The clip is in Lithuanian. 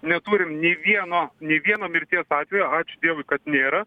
neturim nei vieno nei vieno mirties atvejo ačiū dievui kad nėra